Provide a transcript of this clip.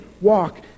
walk